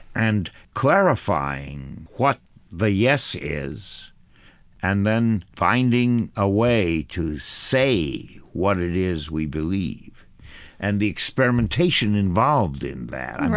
and clarifying what the yes is and then finding a way to say what it is we believe and the experimentation involved in that,